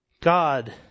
God